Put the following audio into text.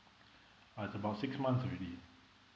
uh it's about six months already